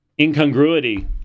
incongruity